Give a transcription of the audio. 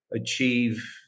achieve